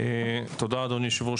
תודה אדוני היו"ר,